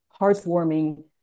heartwarming